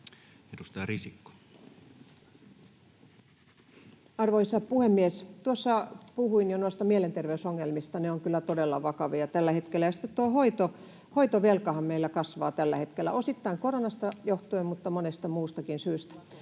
18:10 Content: Arvoisa puhemies! Tuossa puhuin jo noista mielenterveysongelmista. Ne ovat kyllä todella vakavia tällä hetkellä. Sitten tuo hoitovelkahan meillä kasvaa tällä hetkellä osittain koronasta johtuen, mutta monesta muustakin syystä.